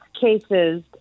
cases